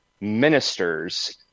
ministers